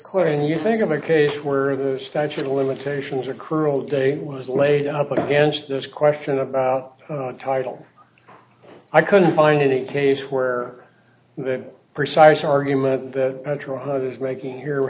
court and you think of a case where the statute of limitations or cruel day was laid up against this question about title i couldn't find a case where the precise argument that petros making here